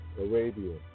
Arabia